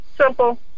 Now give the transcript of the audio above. Simple